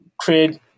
create